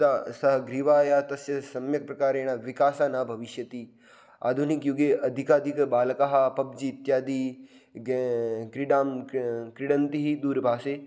यदा सः ग्रीवायाः तस्य सम्यक् प्रकारेण विकासः न भविष्यति आधुनिकयुगे अधिकाधिक बालकाः पब्जी इत्यादि क्रीडां क्रीडन्ति दूरभाषे